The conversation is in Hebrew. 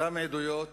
אותן עדויות